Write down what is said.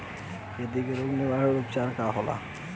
खेती के रोग निवारण उपचार का होला?